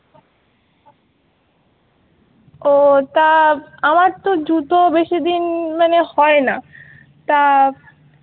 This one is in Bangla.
ও তা আমার তো জুতো বেশি দিন মানে হয় না তা